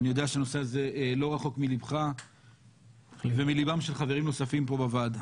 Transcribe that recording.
אני יודע שהנושא הזה לא רחוק מליבך ומליבם של חברים נוספים פה בוועדה.